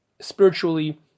spiritually